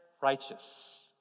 righteous